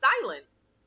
silence